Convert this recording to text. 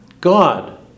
God